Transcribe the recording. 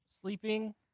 Sleeping